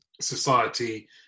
society